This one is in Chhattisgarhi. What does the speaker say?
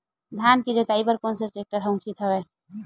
धान के जोताई बर कोन से टेक्टर ह उचित हवय?